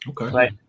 Okay